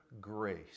grace